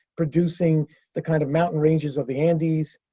producing the kind of mountain ranges of the andes,